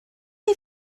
chi